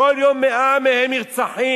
כל יום 100 מהם נרצחים.